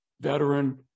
veteran